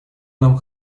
нам